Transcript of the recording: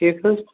ٹھیٖک حظ چھُ